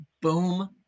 boom